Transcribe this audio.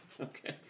Okay